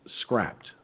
scrapped